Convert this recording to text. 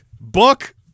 Book